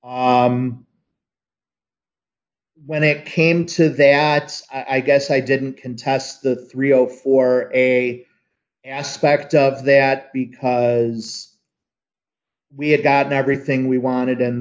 when it came to that i guess i didn't contest the thirty for a aspect of that because we had gotten everything we wanted